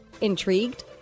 Intrigued